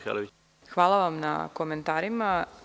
Hvala vam na komentarima.